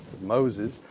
Moses